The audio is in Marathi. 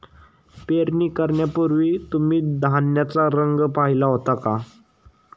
पेरणी करण्यापूर्वी तुम्ही धान्याचा रंग पाहीला होता का?